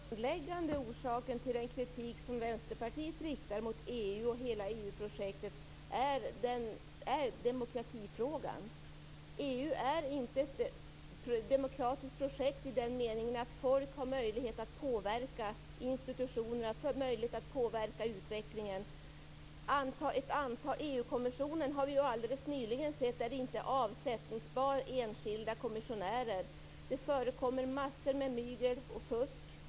Herr talman! Den grundläggande orsaken till den kritik som Vänsterpartiet riktar mot EU och hela EU projektet är demokratifrågan. EU är inte ett demokratiskt projekt i den meningen att folk har möjlighet att påverka institutioner och möjlighet att påverka utvecklingen. I EU-kommissionen är inte ens enskilda kommissionärer avsättbara, som vi nyligen har sett. Det förekommer massor av mygel och fusk.